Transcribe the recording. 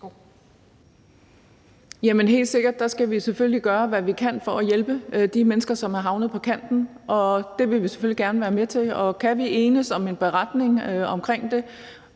Helt sikkert, der skal vi jo gøre, hvad vi kan, for at hjælpe de mennesker, som er havnet på kanten, og det vil vi selvfølgelig gerne være med til, og kan vi enes om en beretning omkring det,